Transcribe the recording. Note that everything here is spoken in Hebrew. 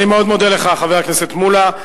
אני מאוד מודה לך, חבר הכנסת מולה.